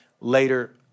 Later